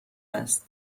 است